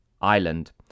island